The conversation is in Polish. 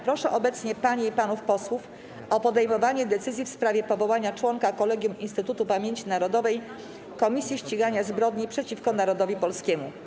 Proszę obecnie panie i panów posłów o podejmowanie decyzji w sprawie powołania członka Kolegium Instytutu Pamięci Narodowej - Komisji Ścigania Zbrodni przeciwko Narodowi Polskiemu.